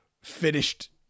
finished